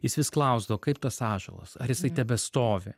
jis vis klausdavo kaip tas ąžuolas ar jisai tebestovi